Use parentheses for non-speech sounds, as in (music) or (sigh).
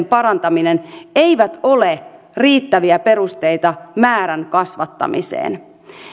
(unintelligible) parantaminen eivät ole riittäviä perusteita määrän kasvattamiseen